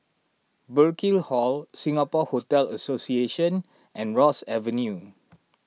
Burkill Hall Singapore Hotel Association and Ross Avenue